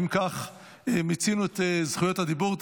אם כך, מיצינו את זכויות הדיבור.